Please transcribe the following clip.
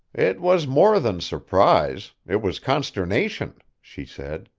it was more than surprise it was consternation, she said.